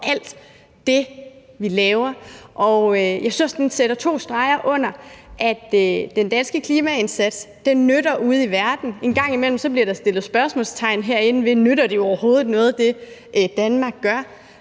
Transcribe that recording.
alt det, vi laver. Jeg synes også, den sætter to streger under, at den danske klimaindsats nytter ude i verden. En gang imellem bliver der herinde sat spørgsmålstegn ved, om det, Danmark gør, overhovedet nytter noget.